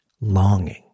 Longing